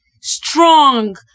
strong